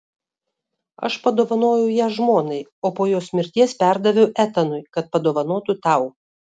aš padovanojau ją žmonai o po jos mirties perdaviau etanui kad padovanotų tau